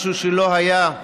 משהו שלא היה.